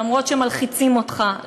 אף שמלחיצים אותך,